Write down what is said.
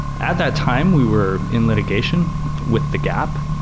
at that time, we were in litigation with the gap.